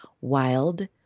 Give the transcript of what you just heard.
wild